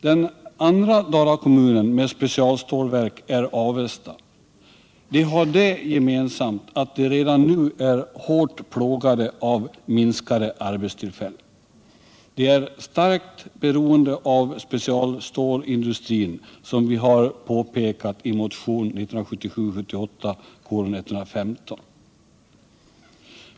Den andra Dalakommunen med specialstålverk är Avesta. De har det gemensamt att de redan nu är hårt plågade av minskande arbetstillfällen. De är starkt beroende av specialstålindustrin, såsom vi har påpekat i vår motion 1977/78:115.